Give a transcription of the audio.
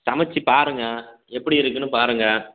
சமைச்சி பாருங்க எப்படி இருக்குதுன்னு பாருங்க